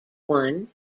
one